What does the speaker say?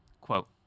Quote